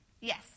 Yes